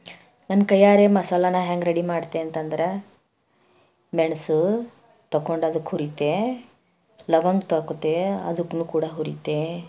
ನನ್ನ ಕೈಯ್ಯಾರೆ ಮಸಾಲನ ಹೆಂಗೆ ರೆಡಿ ಮಾಡ್ತೆ ಅಂತಂದ್ರೆ ಮೆಣಸು ತಗೊಂಡು ಅದಕ್ಕ ಹುರಿತೆ ಲವಂಗ ತೊಗೋತೆ ಅದಕ್ಕೂ ಕೂಡ ಹುರಿತೆ